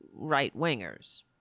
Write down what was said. right-wingers